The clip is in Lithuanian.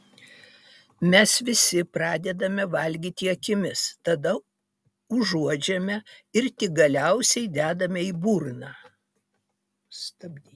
mes visi pradedame valgyti akimis tada uodžiame ir tik galiausiai dedame į burną